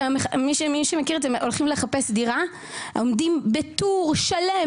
מי שמכיר את זה יודע שכשהולכים לחפש דירה עומדים בטור שלם,